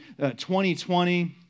2020